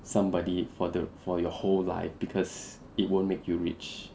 somebody for the for your whole life because it won't make you rich